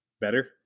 Better